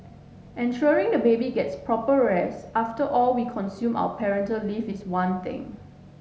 ensuring the baby gets proper race after all we consume our parental leave is one thing